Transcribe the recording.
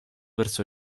verso